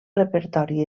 repertori